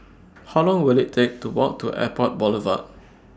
How Long Will IT Take to Walk to Airport Boulevard